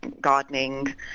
gardening